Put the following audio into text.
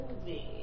movie